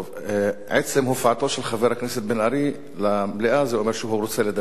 עצם הופעתו של חבר הכנסת בן-ארי במליאה זה אומר שהוא רוצה לדבר,